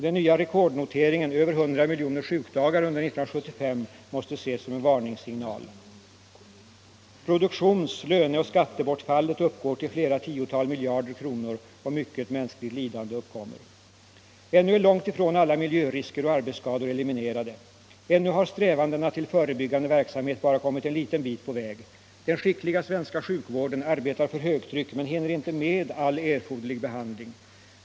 Den nya rekordnoteringen över 100 miljoner sjukdagar under år 1975 måste ses som en varningssignal. Produktions-, löneoch skattebortfallet uppgår till flera tiotal miljarder kronor, och mycket mänskligt lidande uppkommer. Ännu är långt ifrån alla miljörisker och arbetsskador eliminerade. Ännu har strävandena till förebyggande verksamhet bara kommit en liten bit på väg. Den skickliga svenska sjukvården arbetar för högtryck men hinner inte med all erforderlig behandling.